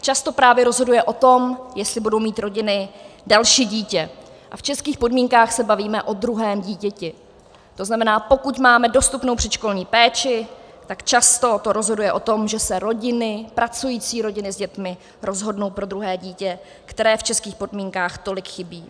Často právě rozhoduje o tom, jestli budou mít rodiny další dítě, a v českých podmínkách se bavíme o druhém dítěti, to znamená, pokud máme dostupnou předškolní péči, tak často to rozhoduje o tom, že se rodiny, pracující rodiny s dětmi, rozhodnou pro druhé dítě, které v českých podmínkách tolik chybí.